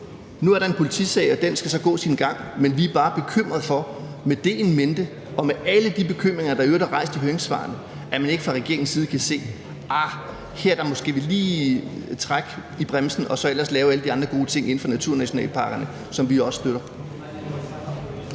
Nu er der en politisag, og den skal så gå sin gang, men vi er bare bekymret for med det in mente og med alle de bekymringer, der i øvrigt er rejst i høringssvarene, at man ikke fra regeringens side kan se, at her skal vi lige trække i bremsen og så ellers lave alle de andre gode ting inden for naturnationalparkerne, som vi også støtter.